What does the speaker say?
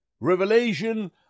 Revelation